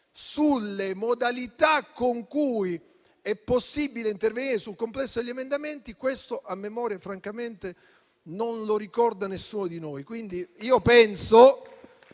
sulle modalità con cui è possibile intervenire sul complesso degli emendamenti, francamente a memoria non lo ricorda nessuno di noi.